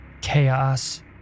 chaos